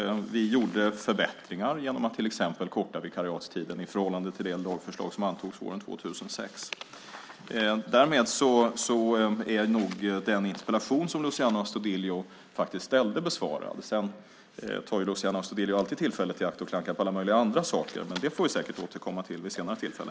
Vi gjorde förbättringar genom att till exempel korta vikariatstiden i förhållande till det lagförslag som antogs våren 2006. Därmed är nog den interpellation som Luciano Astudillo ställde besvarad. Sedan tar Luciano Astudillo alltid tillfället i akt att klanka på alla möjliga andra saker, men det får vi säkert återkomma till vid ett senare tillfälle.